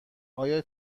آیا